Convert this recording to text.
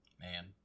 Man